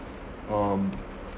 um